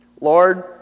Lord